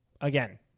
again